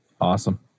Awesome